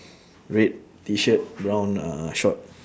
red T-shirt brown uh short